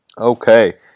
Okay